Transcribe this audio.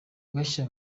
gashya